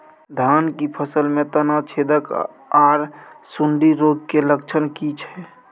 धान की फसल में तना छेदक आर सुंडी रोग के लक्षण की छै?